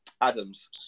Adams